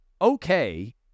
okay